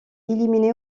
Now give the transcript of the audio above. éliminé